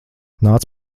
nāc